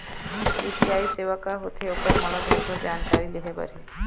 UPI सेवा का होथे ओकर मोला भरभर जानकारी लेहे बर हे?